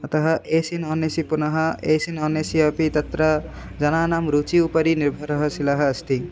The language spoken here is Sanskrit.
अतः A C non A C पुनः A C non A C अपि तत्र जनानां रुचि उपरि निर्भरः शिलः अस्ति